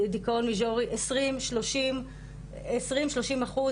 דיכאון מיז'ורי 20-30 אחוז,